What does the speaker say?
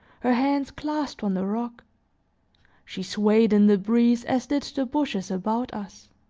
her hands clasped on the rock she swayed in the breeze as did the bushes about us.